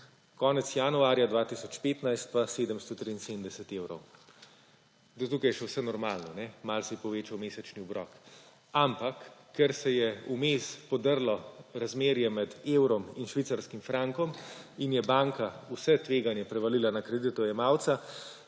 konec januarja 2015 pa 773 evrov. Do tukaj še vse normalno, malo se je povečal mesečni obrok, ampak ker se je vmes podrlo razmerje med evrom in švicarskih frankom in je banka vse tveganje prevalila na kreditojemalca,